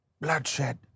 bloodshed